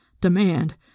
Demand